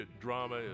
drama